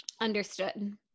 understood